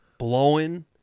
Blowing